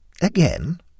Again